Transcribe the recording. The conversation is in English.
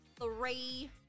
three